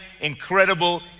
incredible